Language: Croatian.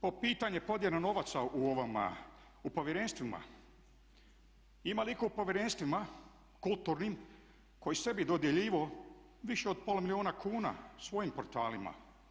Po pitanje podjele novaca u ovom, u povjerenstvima ima li itko u povjerenstvima kulturnim koji sebi dodjeljivao više od pola milijuna kuna svojim portalima.